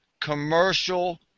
commercial –